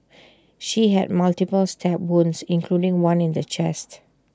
she had multiple stab wounds including one in the chest